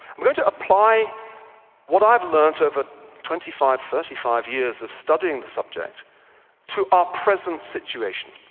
i'm going to apply what i've learnt over twenty five, thirty five years of studying the subject to our present situation.